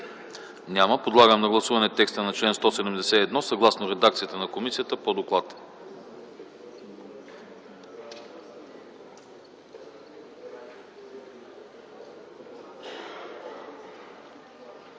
Няма. Подлагам на гласуване текста на чл. 173, съгласно редакцията на комисията по доклада.